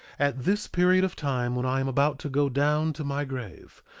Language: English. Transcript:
at this period of time when i am about to go down to my grave,